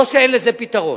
לא שאין לזה פתרון.